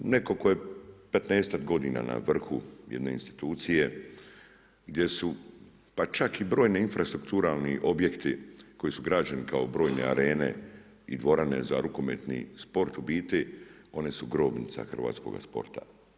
Netko tko je 15-tak godina na vrhu jedne institucije, gdje su pa čak i brojni infrastrukturni objekti, koje su građene kao brojne arene i dvorane za rukometni sport, u biti one su grobnice hrvatskoga sporta.